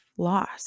Loss